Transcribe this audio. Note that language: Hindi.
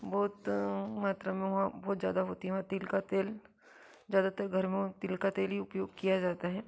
बहुत मात्रा में हुआ बहुत ज़्यादा होती है वहाँ तिल का तेल ज़्यादातर घर में तिल का तेल ही उपयोग किया जाता है